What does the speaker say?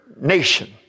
nation